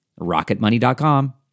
Rocketmoney.com